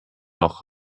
noch